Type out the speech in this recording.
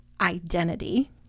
identity